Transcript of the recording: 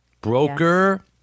broker